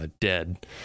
dead